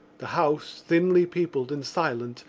the house, thinly peopled and silent,